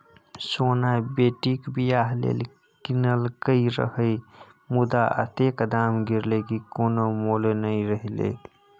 सोना बेटीक बियाह लेल कीनलकै रहय मुदा अतेक दाम गिरलै कि कोनो मोल नहि रहलै